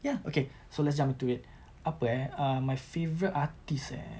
ya okay so let's jump into it apa eh err my favorite artist eh